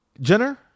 Jenner